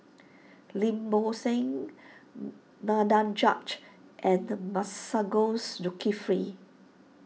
Lim Bo Seng Danaraj and Masagos Zulkifli